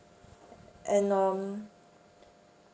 and um